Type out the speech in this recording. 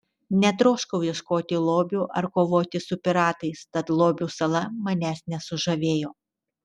netroškau ieškoti lobių ar kovoti su piratais tad lobių sala manęs nesužavėjo